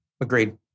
Agreed